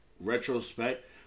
retrospect